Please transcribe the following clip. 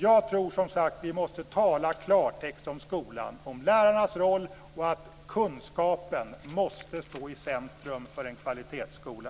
Jag tror, som sagt, att vi måste tala klartext om skolan, om lärarnas roll och om att kunskapen måste stå i centrum för en kvalitetsskola.